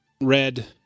red